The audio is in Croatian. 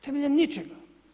Temeljem ničega.